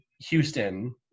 Houston